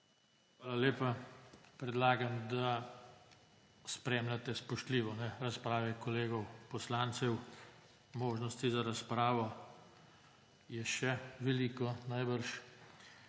Hvala lepa. Predlagam, da spremljate spoštljivo razprave kolegov poslancev. Možnosti za razpravo je še veliko.